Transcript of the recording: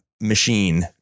machine